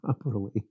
properly